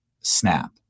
snap